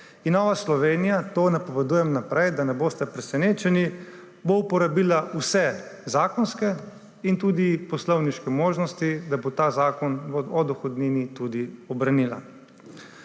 Nova Slovenija – to napovedujem vnaprej, da ne boste presenečeni – bo uporabila vse zakonske in tudi poslovniške možnosti, da bo ta Zakon o dohodnini tudi obranila.